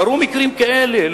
קרו מקרים כאלה,